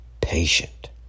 Patient